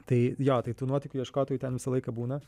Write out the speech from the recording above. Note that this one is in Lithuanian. tai jo tai tų nuotykių ieškotojų ten visą laiką būna